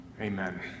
amen